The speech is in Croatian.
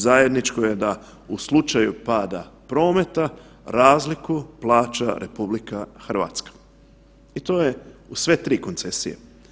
Zajedničko je da u slučaju pada prometa razliku plaća RH i to je u sve tri koncesije.